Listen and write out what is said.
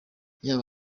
yaba